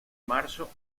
marzo